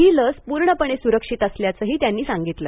ही लस पूर्णपणे सुरक्षित असल्याचं त्यांनी सांगितलं